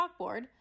chalkboard